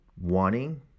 wanting